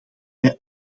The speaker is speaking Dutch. bij